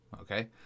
okay